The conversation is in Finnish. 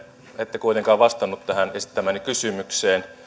ette kuitenkaan vastannut tähän esittämääni kysymykseen